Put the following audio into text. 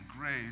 grace